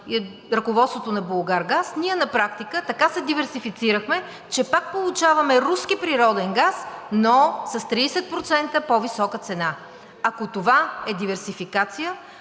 на ръководството на „Булгаргаз“ ние на практика така се диверсифицирахме, че пак получаваме руски природен газ, но с 30% по-висока цена. Ако това е диверсификация,